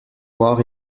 noir